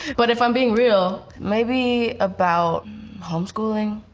but if i'm being real, maybe about homeschooling.